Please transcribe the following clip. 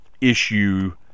issue